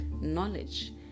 knowledge